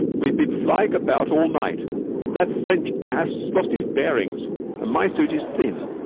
we've been flying about all night that french ass lost his bearings and my suit is thin.